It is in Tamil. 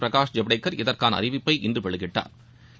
பிரகாஷ் ஜவ்டேக் இதற்கான அறிவிப்பை இன்று வெளியிட்டாா்